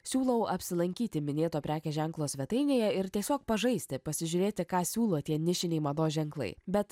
siūlau apsilankyti minėto prekės ženklo svetainėje ir tiesiog pažaisti pasižiūrėti ką siūlo tie nišiniai mados ženklai bet